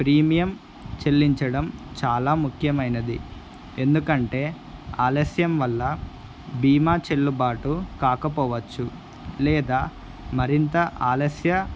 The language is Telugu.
ప్రీమియం చెల్లించడం చాలా ముఖ్యమైనది ఎందుకంటే ఆలస్యం వల్ల బీమా చెల్లుబాటు కాకపోవచ్చు లేదా మరింత ఆలస్య